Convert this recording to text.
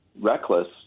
reckless